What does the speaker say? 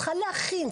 צריכה להכין,